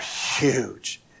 huge